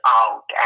out